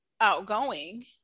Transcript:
outgoing